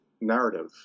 narrative